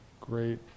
great